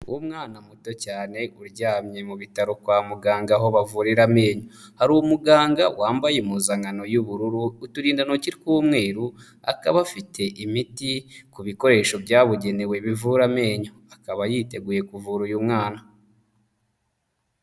Umwana muto cyane uryamye mu bitaro kwa muganga aho bavurira amenyo, hari umuganga wambaye impuzankano y'ubururu, uturindantoki tw'umweru, akaba afite imiti ku bikoresho byabugenewe bivura amenyo, akaba yiteguye kuvura uyu mwana.